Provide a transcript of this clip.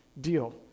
deal